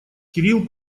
кирилл